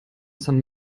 san